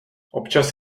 občas